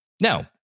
Now